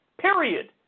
Period